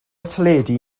teledu